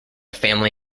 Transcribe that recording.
family